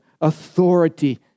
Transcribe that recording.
authority